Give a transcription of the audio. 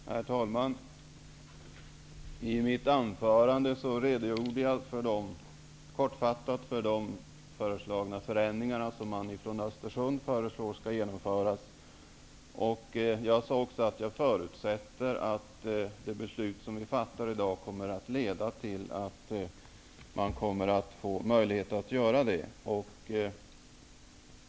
Herr talman! I mitt anförande redogjorde jag kortfattat för de föreslagna förändringarna som man i Östersund vill se genomförda. Jag sade vidare att jag förutsätter att det beslut som vi skall fatta i dag kommer att leda till att det blir möjligt att genomföra dessa förändringar.